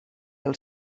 del